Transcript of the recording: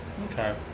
Okay